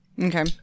Okay